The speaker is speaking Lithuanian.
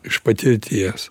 iš patirties